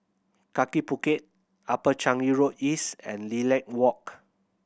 Kaki Bukit Upper Changi Road East and Lilac Walk